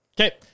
Okay